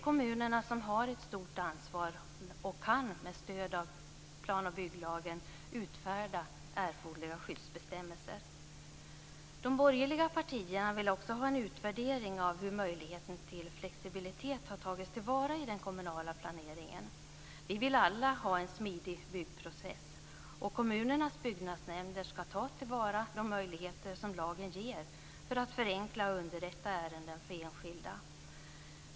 Kommunerna har ett stort ansvar och kan med stöd av plan och bygglagen utfärda erforderliga skyddsbestämmelser. De borgerliga partierna vill också ha en utvärdering av hur möjligheten till flexibilitet har tagits till vara i den kommunala planeringen. Vi vill alla ha en smidig byggprocess och kommunernas byggnadsnämnder ska ta till vara de möjligheter som lagen ger för att förenkla och underlätta ärenden för enskilda.